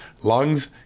lungs